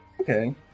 Okay